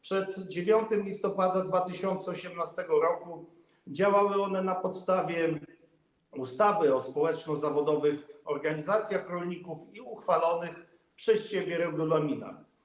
Przed 9 listopada 2018 r. działały one na podstawie ustawy o społeczno-zawodowych organizacjach rolników i uchwalonych przez siebie regulaminów.